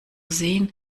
sehen